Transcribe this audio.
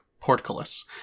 portcullis